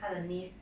她的 niece